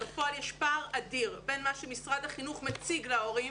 בפועל יש פער אדיר בין מה שמשרד החינוך מציג להורים